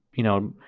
you know,